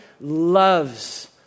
loves